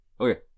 okay